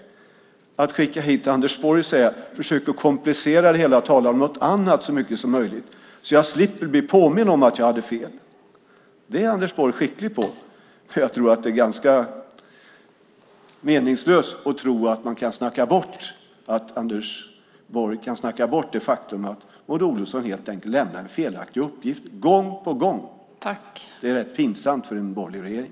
I stället skickar hon hit Anders Borg för att han ska försöka komplicera det hela och tala om något annat, så att hon ska slippa bli påmind om att hon hade fel. Sådant är Anders Borg skicklig på, men jag tror att det är ganska meningslöst att tro att han kan snacka bort det faktum att Maud Olofsson helt enkelt lämnade felaktiga uppgifter gång på gång. Det är rätt pinsamt för en borgerlig regering.